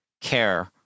care